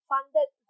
funded